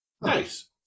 Nice